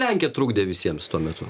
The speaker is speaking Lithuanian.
lenkija trukdė visiems tuo metu